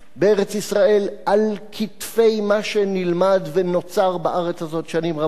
בארץ-ישראל על כתפי מה שנלמד ונוצר בארץ הזאת שנים רבות.